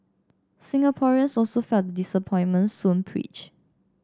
Singaporeans also felt disappointment soon preached